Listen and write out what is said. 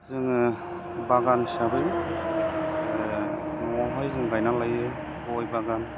जोङो बागान हिसाबै न'आवहाय जों गायनानै लायो गय बागान